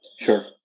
Sure